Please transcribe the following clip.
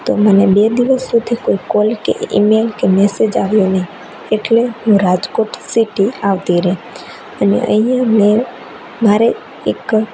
તો મને બે દિવસ સુધી કોઈ કોલ કે ઇમેઇલ કે મેસેજ આવ્યો નહીં એટલે હું રાજકોટ સીટી આવતી રહી અને અહીંયા મેં મારે એક